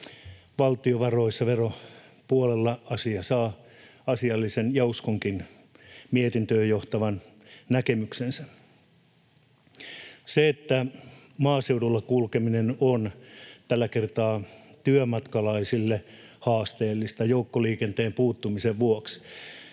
valtiovaroissa veropuolella asia saa asiallisen ja, kuten uskonkin, mietintöön johtavan näkemyksensä. Maaseudulla kulkeminen on tällä hetkellä työmatkalaisille haasteellista joukkoliikenteen puuttumisen vuoksi,